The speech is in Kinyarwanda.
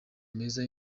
meza